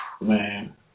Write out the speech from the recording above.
Man